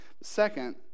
Second